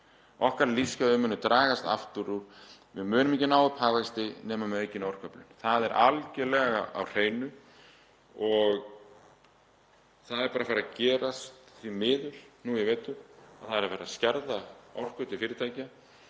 Okkar lífsgæði munu dragast aftur úr. Við munum ekki ná upp hagvexti nema með aukinni orkuöflun. Það er algerlega á hreinu. Það er bara að fara að gerast, því miður, nú í vetur að það er verið að skerða orku til fyrirtækja